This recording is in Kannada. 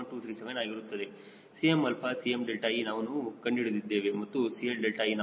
237 ಆಗಿರುತ್ತದೆ 𝐶mα 𝐶mðe ನಾವು ಕಂಡುಹಿಡಿದಿದ್ದೇವೆ ಮತ್ತು 𝐶Lðe ನಾವು ಲೆಕ್ಕ ಮಾಡಿದ್ದೇವೆ